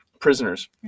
Prisoners